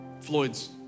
Floyd's